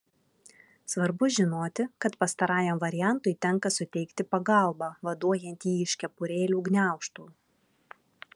svarbu žinoti kad pastarajam variantui tenka suteikti pagalbą vaduojant jį iš kepurėlių gniaužtų